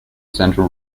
centre